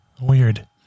weird